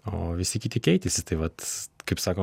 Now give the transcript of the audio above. o visi kiti keitėsi tai vat kaip sako